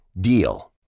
DEAL